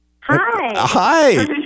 Hi